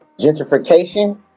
gentrification